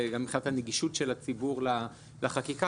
גם מבחינת הנגישות של הציבור לחקיקה,